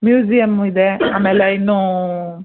museum ಇದೆ ಆಮೇಲೆ ಇನ್ನೂ